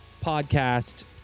podcast